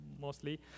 mostly